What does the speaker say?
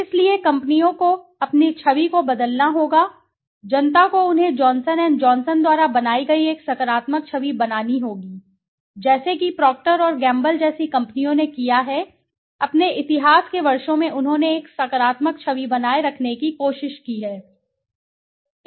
इसलिए कंपनियों को अपनी छवि को बदलना होगा जनता को उन्हें जॉनसन एंड जॉनसन द्वारा बनाई गई एक सकारात्मक छवि बनानी होगी जैसा कि प्रॉक्टर और गैम्बल जैसी कंपनियों ने किया है अपने इतिहास के वर्षों में उन्होंने एक सकारात्मक छवि बनाए रखने की कोशिश की है